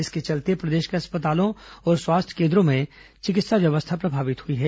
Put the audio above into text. इसके चलते प्रदेश के अस्पतालों और स्वास्थ्य केन्द्रों में चिकित्सा व्यवस्था प्रभावित हुई है